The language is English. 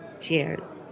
Cheers